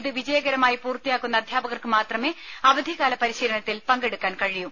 ഇത് വിജയകരമായി പൂർത്തിയാക്കുന്ന അധ്യാപകർക്ക് മാത്രമേ അവധിക്കാല പരിശീലനത്തിൽ പങ്കെടുക്കാൻ കഴിയൂ